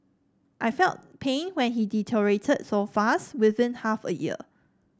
I felt pain when he deteriorated so fast within half a year